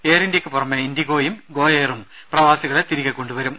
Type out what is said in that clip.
air ഇന്ത്യക്ക് പുറമെ ഇൻഡിഗോയും ഗോ എയറും പ്രവാസികളെ തിരികെ കൊണ്ടു വരും